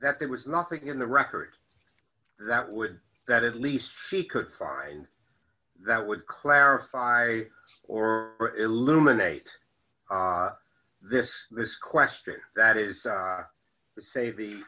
that there was nothing in the record that would that at least he could find that would clarify or eliminate this this question that is to say the